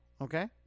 Okay